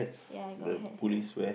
ya I got hat here